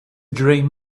dream